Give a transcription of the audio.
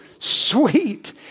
sweet